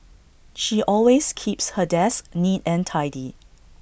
she always keeps her desk neat and tidy